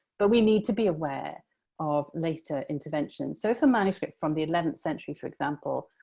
but, we need to be aware of later interventions. so, if a manuscript from the eleventh century for example,